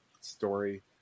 story